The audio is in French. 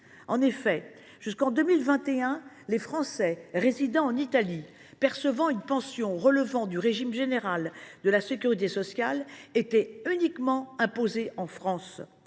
pérenne. Jusqu’en 2021, les Français résidant en Italie et percevant une pension relevant du régime général de la sécurité sociale étaient uniquement imposés en France.